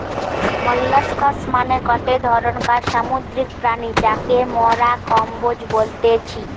molluscs মানে গটে ধরণকার সামুদ্রিক প্রাণী যাকে মোরা কম্বোজ বলতেছি